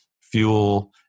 fuel